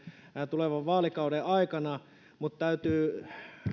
tulevan vaalikauden aikana mutta täytyy